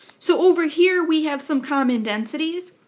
so over here we have some common densities.